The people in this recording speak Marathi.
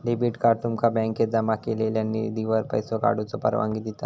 डेबिट कार्ड तुमका बँकेत जमा केलेल्यो निधीवर पैसो काढूची परवानगी देता